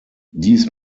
dies